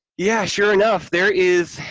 yeah, sure enough, there is,